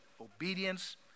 obedience